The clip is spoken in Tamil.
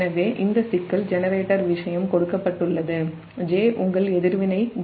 எனவே இந்த சிக்கல் ஜெனரேட்டர் விஷயம் கொடுக்கப்பட்டுள்ளது j உங்கள் எதிர்வினை j0